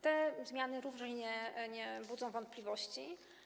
Te zmiany również nie budzą wątpliwości.